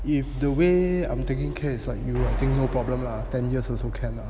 if the way I'm taking care is like you hor think no problem lah ten years also can lah